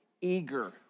eager